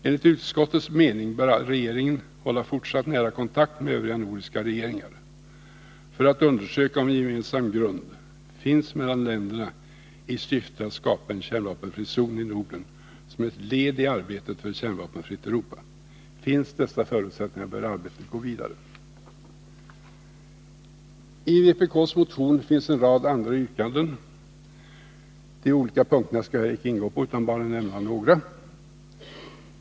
Enligt utskottets mening bör regeringen hålla fortsatt nära kontakt med övriga nordiska regeringar för att undersöka om en gemensam grund finns i våra länder i syfte att skapa en kärnvapenfri zon i Norden som ett led i arbetet för ett kärnvapenfritt Europa. Finns dessa förutsättningar bör arbetet gå vidare. I vpk:s motion finns en rad andra yrkanden. De olika punkterna skall jag icke ingå på utan bara nämna några.